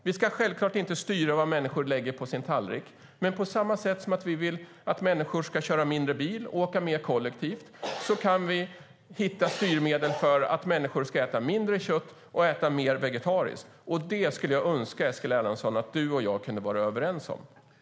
Vi ska självklart inte styra vad människor lägger på sin tallrik, men på samma sätt som vi vill att människor ska köra mindre bil och åka mer kollektivt kan vi hitta styrmedel för att människor ska äta mindre kött och mer vegetariskt. Jag skulle önska att du och jag kunde vara överens om detta, Eskil Erlandsson.